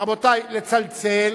רבותי, לצלצל.